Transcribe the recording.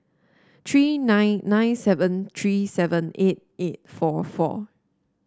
three nine nine seven three seven eight eight four four